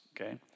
okay